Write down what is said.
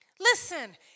Listen